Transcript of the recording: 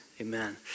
Amen